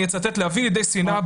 ואני מצטט: "להביא לידי שנאה,